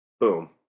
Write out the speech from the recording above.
boom